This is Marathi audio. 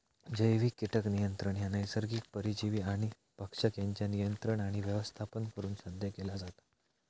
जैविक कीटक नियंत्रण ह्या नैसर्गिक परजीवी आणि भक्षक यांच्या नियंत्रण आणि व्यवस्थापन करुन साध्य केला जाता